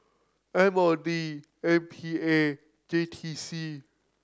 M O D M P A J T C